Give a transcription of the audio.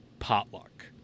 Potluck